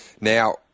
Now